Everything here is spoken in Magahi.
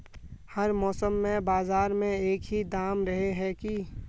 हर मौसम में बाजार में एक ही दाम रहे है की?